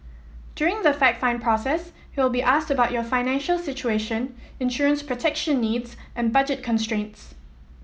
during the fact find process you will be asked about your financial situation insurance protection needs and budget constraints